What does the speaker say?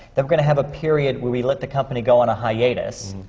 then we're going to have a period where we let the company go on a hiatus.